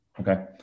okay